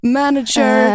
manager